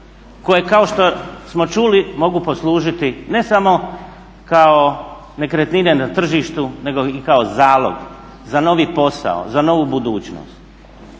koje kao što smo čuli mogu poslužiti ne samo kao nekretnine na tržištu nego i kao zalog za novi posao, za novu budućnost.